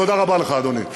תודה רבה לך, אדוני.